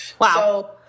wow